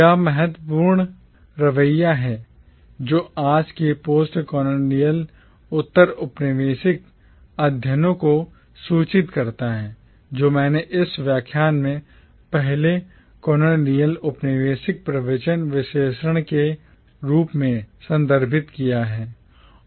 यह महत्वपूर्ण रवैया जो आज के postcolonial उत्तर औपनिवेशिक अध्ययनों को सूचित करता है जो मैंने इस व्याख्यान में पहले colonial औपनिवेशिक प्रवचन विश्लेषण के रूप में संदर्भित किया है